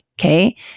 okay